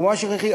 הוא ממש הכרחי.